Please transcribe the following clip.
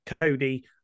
cody